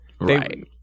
Right